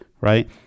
right